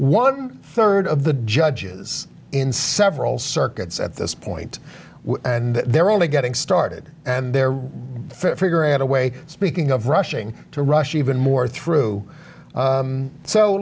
one third of the judges in several circuits at this point and they're only getting started and their finger at a way speaking of rushing to rush even more through